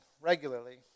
regularly